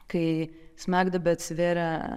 kai smegduobė atsvėrė